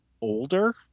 older